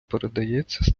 передається